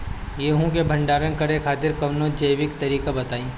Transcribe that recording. गेहूँ क भंडारण करे खातिर कवनो जैविक तरीका बताईं?